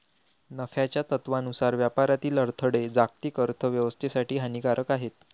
नफ्याच्या तत्त्वानुसार व्यापारातील अडथळे जागतिक अर्थ व्यवस्थेसाठी हानिकारक आहेत